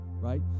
right